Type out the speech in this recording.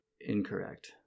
Incorrect